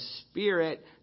spirit